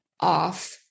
off